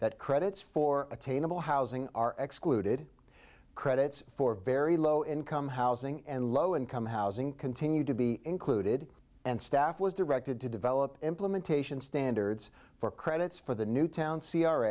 that credits for attainable housing are executed credits for very low income housing and low income housing continued to be included and staff was directed to develop implementation standards for credits for the new town c r